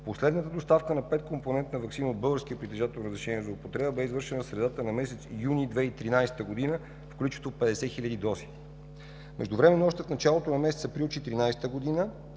Последната доставка на петкомпонентна ваксина от български притежател на разрешение за употреба беше извършена в средата на месец юни 2013 г. в количество 50 хиляди дози. Междувременно още в началото на месец април 2014 г.